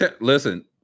listen